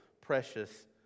precious